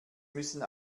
müssen